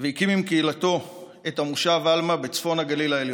והקים עם קהילתו את המושב עלמה בצפון הגליל העליון.